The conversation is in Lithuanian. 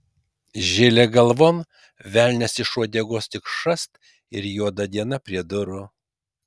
žilė galvon velnias iš uodegos ir šast juoda diena prie durų